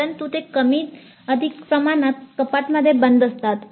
परंतु ते कमी अधिक प्रमाणात कपाटमध्ये बंद असतात